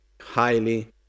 highly